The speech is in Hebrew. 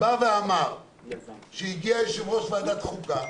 ואמר שהגיע יושב-ראש ועדת החוקה